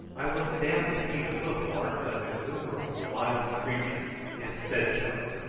i looked down to see the hoof-marks of innumerable wild creatures, and said so.